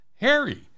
Harry